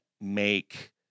make